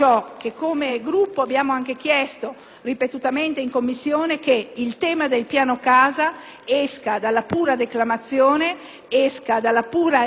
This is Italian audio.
esca dalla pura declamazione, dalla pura indicazione verbale e diventi qualcosa di concreto per il nostro Paese.